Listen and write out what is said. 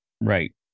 Right